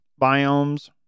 biomes